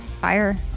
fire